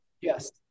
Yes